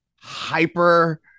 hyper